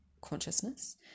consciousness